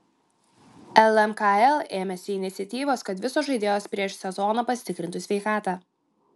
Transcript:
lmkl ėmėsi iniciatyvos kad visos žaidėjos prieš sezoną pasitikrintų sveikatą